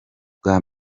bwa